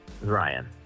Ryan